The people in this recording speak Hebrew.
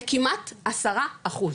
לכמעט עשרה אחוז